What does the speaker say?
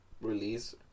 release